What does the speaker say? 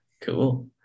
cool